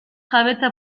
jabetza